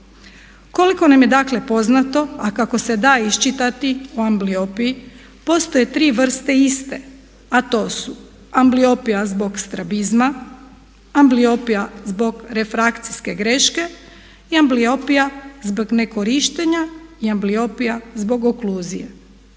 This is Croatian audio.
Koliko nam je dakle poznato a kako se da iščitati o ambliopiji, postoje tri vrste iste a to su ambliopija zbog strabizma, ambliopija zbog refrakcijske greške i ambliopija zbog nekorištenja i ambliopija zbog okluzije.